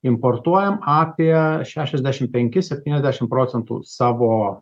importuojam apie šešiasdešim penkis septyniasdešim procentų savo